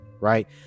right